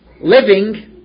living